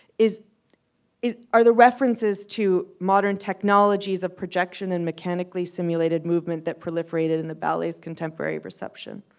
is is are the references to modern technologies of projection and mechanically simulated movement that proliferated in the ballet's contemporary reception.